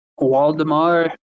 Waldemar